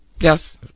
Yes